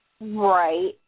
Right